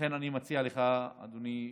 ולכן אני מציע לך, אדוני,